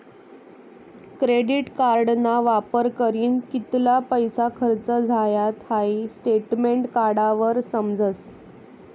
credit कार्डना वापर करीन कित्ला पैसा खर्च झायात हाई स्टेटमेंट काढावर समजस